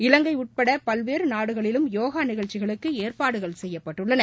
இலங்கைஉட்படபல்வேறுநாடுகளிலும் யோகாநிகழ்ச்சிகளுக்குஏற்பாடுகள் செய்யப்பட்டுள்ளன